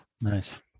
Nice